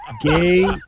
gay